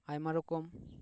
ᱟᱭᱢᱟ ᱨᱚᱠᱚᱢ